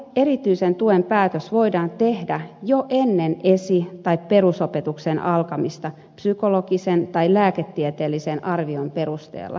erityisen tuen päätös voidaan tehdä jo ennen esi tai perusopetuksen alkamista psykologisen tai lääketieteellisen arvion perusteella